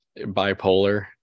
bipolar